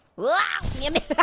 woah, ya mis